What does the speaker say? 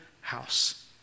house